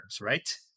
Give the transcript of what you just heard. Right